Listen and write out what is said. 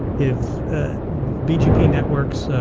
if bgp networks,